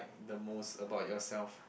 the most about yourself